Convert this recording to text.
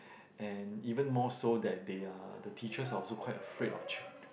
and even more so that they are the teachers are also quite afraid of children